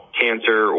cancer